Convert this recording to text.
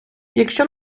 якщо